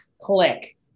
Click